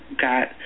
got